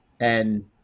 and-